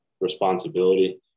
responsibility